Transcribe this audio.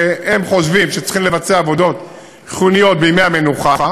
שהם חושבים שצריכים לבצע עבודות חיוניות בימי המנוחה,